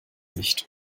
nicht